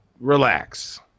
relax